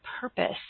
purpose